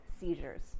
seizures